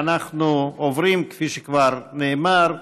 אנחנו עוברים, כפי שכבר נאמר,